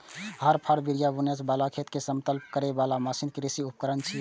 हर, फाड़, बिया बुनै बला, खेत कें समतल करै बला मशीन कृषि उपकरण छियै